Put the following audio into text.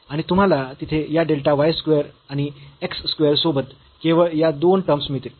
आणि तुम्हाला तिथे या डेल्टा y स्क्वेअर आणि x स्क्वेअर सोबत केवळ या दोन टर्म्स मिळतील